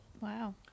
Wow